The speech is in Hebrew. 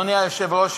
אדוני היושב-ראש,